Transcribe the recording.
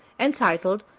entitled,